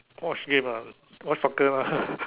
watch game ah watch soccer lah